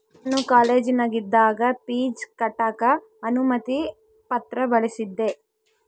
ನಾನು ಕಾಲೇಜಿನಗಿದ್ದಾಗ ಪೀಜ್ ಕಟ್ಟಕ ಅನುಮತಿ ಪತ್ರ ಬಳಿಸಿದ್ದೆ